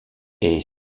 ait